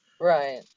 right